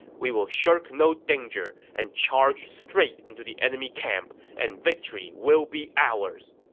we will shirk no danger and charge straight into the enemy camp, and victory will be ours!